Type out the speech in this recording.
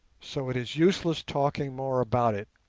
so it is useless talking more about it.